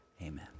Amen